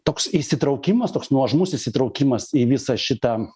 toks įsitraukimas toks nuožmus įsitraukimas į visą šitą